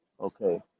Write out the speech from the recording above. okay